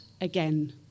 again